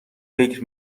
فکر